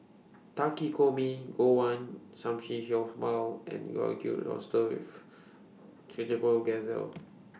Takikomi Gohan and Oysters with